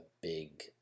big